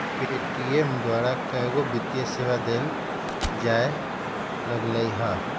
Paytm द्वारा कएगो वित्तीय सेवा देल जाय लगलई ह